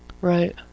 Right